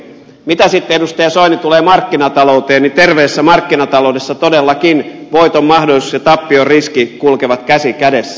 mitä sitten edustaja soini tulee markkinatalouteen niin terveessä markkinataloudessa todellakin voiton mahdollisuus ja tappion riski kulkevat käsi kädessä